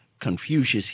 Confucius